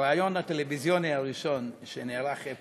הריאיון הטלוויזיוני הראשון שנערך אי